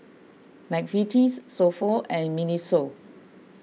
Mcvitie's So Pho and Miniso